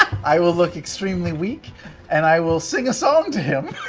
i will look extremely weak and i will sing a song to him.